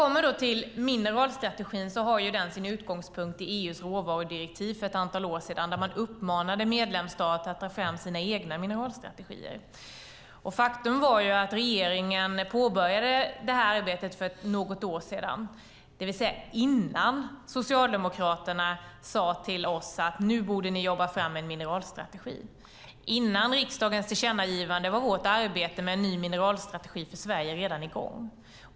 Mineralstrategin har sin utgångspunkt i EU:s råvarudirektiv för ett antal år sedan, där man uppmanade medlemsstater att ta fram sina egna mineralstrategier. Faktum var att regeringen påbörjade det här arbetet för något år sedan, det vill säga innan Socialdemokraterna sade till oss att nu borde vi jobba fram en mineralstrategi. Innan riksdagens tillkännagivande var vårt arbete med en ny mineralstrategi för Sverige redan i gång.